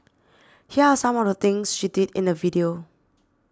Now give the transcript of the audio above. here are some of the things she did in the video